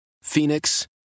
Phoenix